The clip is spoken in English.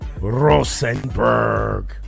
Rosenberg